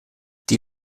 die